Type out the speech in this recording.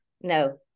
No